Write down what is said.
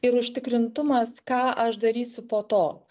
ir užtikrintumas ką aš darysiu po to